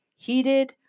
heated